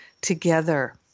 together